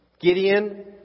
Gideon